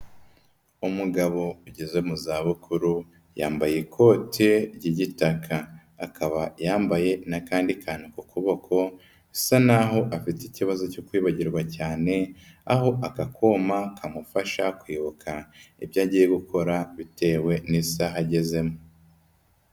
Umugabo ugeze mu zabukuru yambaye ikote ry'igitaka, akaba yambaye n'akandi kantu kuboko bisa naho afite ikibazo cyo kwibagirwa cyane aho aka kuma kamufasha kwibuka ibyo agiye gukora bitewe n'isaha agezemo.